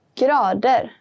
grader